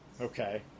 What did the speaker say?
okay